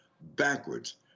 backwards